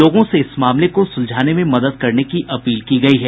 लोगों से इस मामले को सुलझाने में मदद करने की अपील की गयी है